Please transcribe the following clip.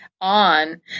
on